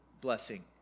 blessing